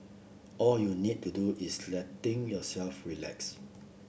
all you need to do is letting yourself relax